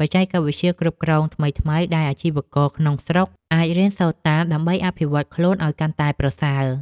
បច្ចេកវិទ្យាគ្រប់គ្រងថ្មីៗដែលអាជីវករក្នុងស្រុកអាចរៀនសូត្រតាម ដើម្បីអភិវឌ្ឍខ្លួនឲ្យកាន់តែប្រសើរ។